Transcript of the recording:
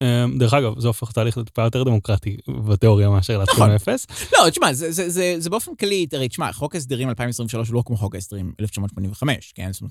דרך אגב זה הופך את התהליך ליותר דמוקרטי בתיאוריה מאשר להתחיל מאפס את זה זה זה באופן כללי תראי תשמע חוק הסדרים 2023 לא חוק הסדרים 1985.